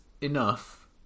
enough